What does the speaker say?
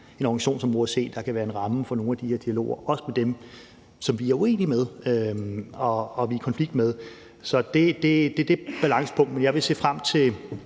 en organisation som OSCE, der kan være en ramme for nogle af de her dialoger, også med dem, som vi er uenige med og vi er i konflikt med. Så det er det balancepunkt, men jeg vil fortsat se frem til